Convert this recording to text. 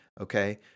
okay